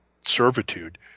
servitude